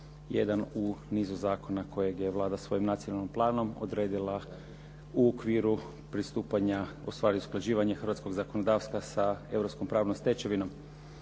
jedan u nizu zakona kojeg je Vlada svojim nacionalnim planom odredila u okviru pristupanja, ustvari usklađivanja hrvatskog zakonodavstva sa europskom pravnom stečevinom.